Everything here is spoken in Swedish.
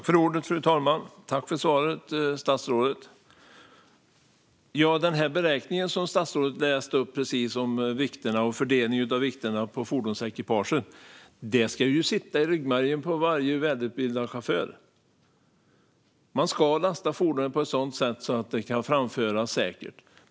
Fru talman! Jag tackar statsrådet för svaret. Beräkningen av fördelningen av vikterna på fordonsekipage som statsrådet tog upp ska sitta i ryggmärgen på varje välutbildad chaufför. Man ska lasta fordonet på ett sådant sätt att det kan framföras säkert.